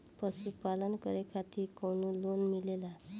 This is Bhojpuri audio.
पशु पालन करे खातिर काउनो लोन मिलेला?